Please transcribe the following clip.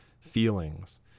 feelings